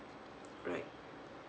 right